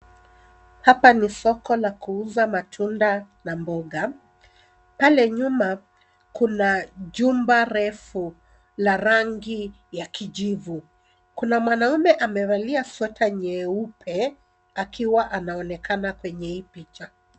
Hapa ni soko la kuuza matunda na mboga pale nyuma ,kuna jumba refu la rangi ya kijivu. Kuna mwanaume amevalia sweta nyeupe akiwa anaonekana kwenye hii picha.